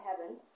heaven